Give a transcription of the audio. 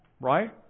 right